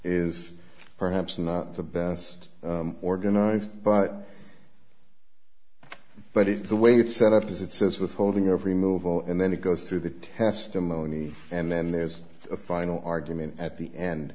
is perhaps not the best organized but but it's the way it's set up as it says withholding every move all and then it goes through the testimony and then there's a final argument at the end